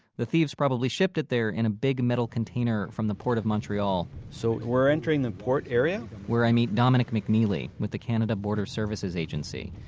the thieves probably shipped it there in a big metal container from the port of montreal so we're entering the port area where i meet dominique mcneely with the canada border services agency.